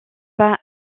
pas